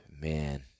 Man